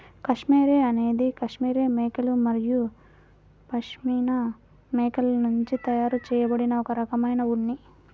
cashmere అనేది cashmere మేకలు మరియు పష్మినా మేకల నుండి తయారు చేయబడిన ఒక రకమైన ఉన్ని